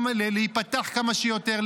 להיפתח כמה שיותר,